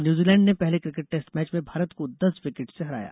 New Zealand ने पहले cricket test match में भारत को दस विकेट से हराया